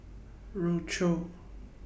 Rochor